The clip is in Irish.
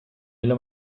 míle